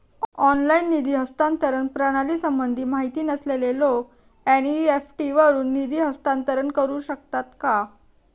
Online निधी हस्तांतरण प्रणालीसंबंधी माहिती नसलेले लोक एन.इ.एफ.टी वरून निधी हस्तांतरण करू शकतात का?